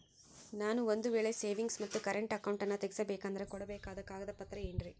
ನಾನು ಒಂದು ವೇಳೆ ಸೇವಿಂಗ್ಸ್ ಮತ್ತ ಕರೆಂಟ್ ಅಕೌಂಟನ್ನ ತೆಗಿಸಬೇಕಂದರ ಕೊಡಬೇಕಾದ ಕಾಗದ ಪತ್ರ ಏನ್ರಿ?